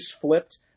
flipped